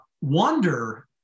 wonder